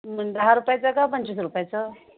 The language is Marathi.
मग दहा रुपयाचं का पंचवीस रुपायचं